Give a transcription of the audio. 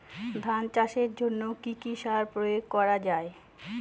ধান চাষের জন্য কি কি সার প্রয়োগ করা য়ায়?